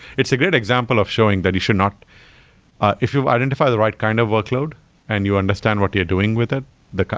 it's a great example of showing that you should not if you've identified the right kind of workload and you understand what you're doing with it,